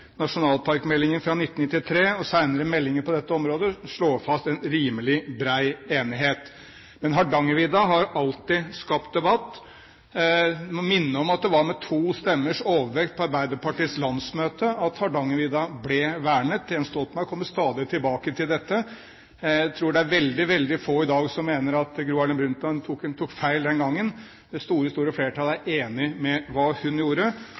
Nasjonalparkmeldingen fra 1993 og senere meldinger på dette området slår fast en rimelig bred enighet. Men Hardangervidda har alltid skapt debatt. Jeg må minne om at det var med to stemmers overvekt på Arbeiderpartiets landsmøte at Hardangervidda ble vernet. Jens Stoltenberg kommer stadig tilbake til dette. Jeg tror det er veldig få i dag som mener at Gro Harlem Brundtland tok feil den gangen. Det store flertallet er enig i det hun gjorde,